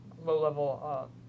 Low-level